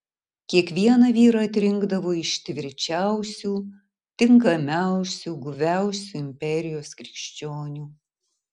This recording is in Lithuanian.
kiekvieną vyrą atrinkdavo iš tvirčiausių tinkamiausių guviausių imperijos krikščionių